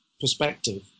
perspective